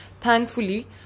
Thankfully